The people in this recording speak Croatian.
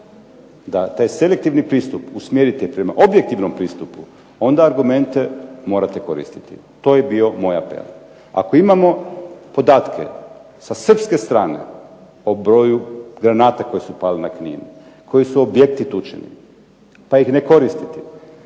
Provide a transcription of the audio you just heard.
da taj selektivni pristup usmjerite prema objektivnom pristupu onda argumente morate koristiti. To je bio moj apel. Ako imamo podatke sa srpske strane o b roju granata koje su pale na Knin, koji su objekti tučeni, pa ih ne koristiti.